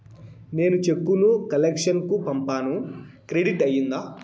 నేను చెక్కు ను కలెక్షన్ కు పంపాను క్రెడిట్ అయ్యిందా